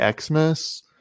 Xmas